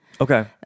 Okay